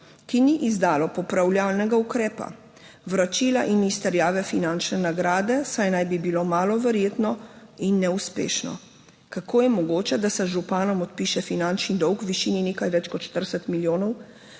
ki ni izdalo popravljalnega ukrepa vračila in izterjave finančne nagrade, saj naj bi bilo malo verjetno in neuspešno. Kako je mogoče, da se z županom odpiše finančni dolg v višini nekaj več kot 40 milijonov?